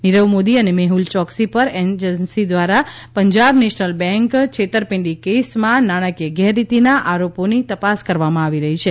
નીરવ મોદી અને મેફ્લ ચોક્સી પર એજન્સી દ્વારા પંજાબ નેશનલ બેંક બેંક છેતરપિંડીના કેસમાં નાણાકીય ગેરરીતિના આરોપોની તપાસ કરવામાં આવી રહી છે